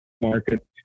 market